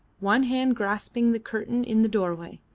one hand grasping the curtain in the doorway.